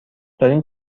دارین